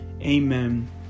Amen